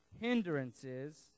hindrances